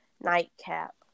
nightcap